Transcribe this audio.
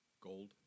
Gold